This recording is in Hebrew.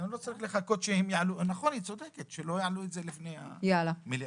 לא צריך לחכות שיעלו את זה לפני המליאה.